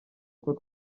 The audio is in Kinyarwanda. kuko